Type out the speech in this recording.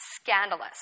Scandalous